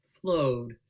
flowed